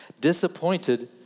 disappointed